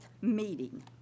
meeting